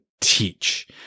teach